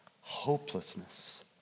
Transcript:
hopelessness